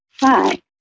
Hi